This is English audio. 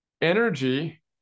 energy